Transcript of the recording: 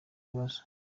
bibazo